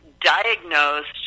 diagnosed